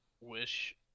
wish